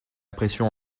pression